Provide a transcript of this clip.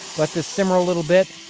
let this simmer a little bit.